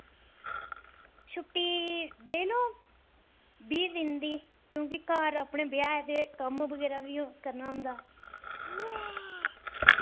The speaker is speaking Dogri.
छुट्टी देई लो बीह् दिन दी क्यूंकि घर अपने ब्याह् ऐ ते कम्म बगैरा बी करना होंदा